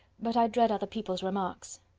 but i dread other people's remarks.